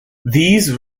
these